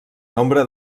nombre